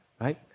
Right